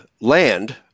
land